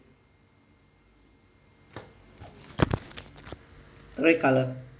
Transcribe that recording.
red colour